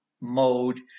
mode